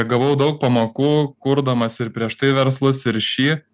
gavau daug pamokų kurdamas ir prieš tai verslus ir šį